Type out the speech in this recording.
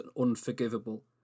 unforgivable